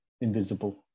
invisible